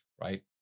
Right